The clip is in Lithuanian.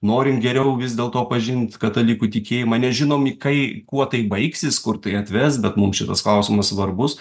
norim geriau vis dėlto pažint katalikų tikėjimą nežinomi į kai kuo tai baigsis kur tai atves bet mum šitas klausimas svarbus